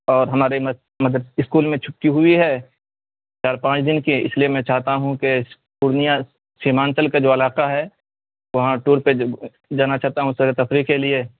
اور ہماری اسکول میں چھٹی ہوئی ہے چار پانچ دن کی اس لیے میں چاہتا ہوں کہ پورنیہ سیمانچل کا جو علاقہ ہے وہاں ٹور پہ جانا چاہتا ہوں سیر و تفریح کے لیے